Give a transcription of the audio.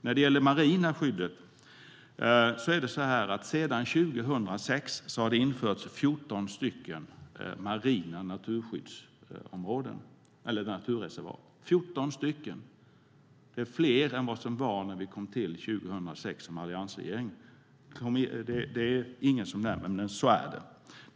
När det gäller det marina skyddet har det införts 14 marina naturreservat sedan 2006. Det är fler än vad som fanns när alliansregeringen tillträdde 2006. Det är ingen som nämner det, men så är det.